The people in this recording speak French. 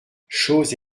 chose